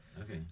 Okay